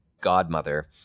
godmother